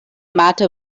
matter